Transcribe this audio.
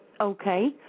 Okay